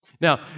Now